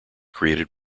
created